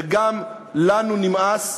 שגם לנו נמאס,